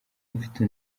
mfite